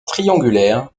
triangulaire